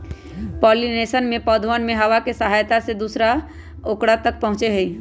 pollination में पौधवन में हवा के सहायता से भी दूसरा औकरा तक पहुंचते हई